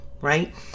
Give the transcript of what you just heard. right